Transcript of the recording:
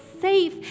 safe